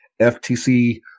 FTC